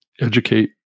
educate